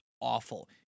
awful